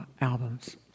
albums